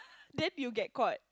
then you get caught